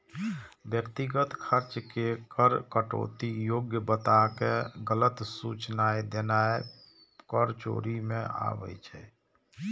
व्यक्तिगत खर्च के कर कटौती योग्य बताके गलत सूचनाय देनाय कर चोरी मे आबै छै